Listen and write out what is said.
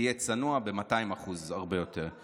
ותהיה צנוע ב-200% הרבה יותר.